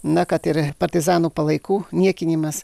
na kad ir partizanų palaikų niekinimas